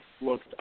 looked –